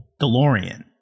DeLorean